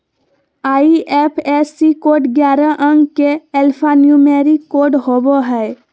IFSC code ग्यारह अंक के एल्फान्यूमेरिक कोड होवो हय